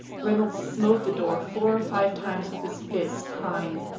reynolds smote the door four or five times with his fist, crying,